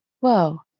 whoa